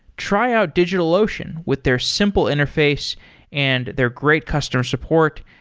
try out digitalocean with their simple interface and their great customer support,